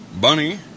Bunny